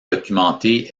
documenté